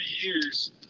years